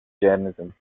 jainism